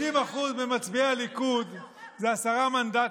30% ממצביעי הליכוד זה עשרה מנדטים.